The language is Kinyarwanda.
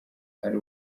ari